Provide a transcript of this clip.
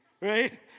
right